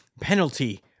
penalty